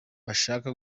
bashasha